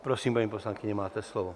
Prosím, paní poslankyně, máte slovo.